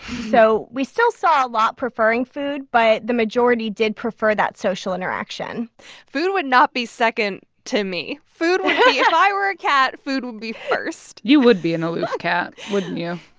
so we still saw a lot preferring food. but the majority did prefer that social interaction food would not be second to me. food would be. if i were a cat, food would be first you would be an aloof cat, wouldn't you?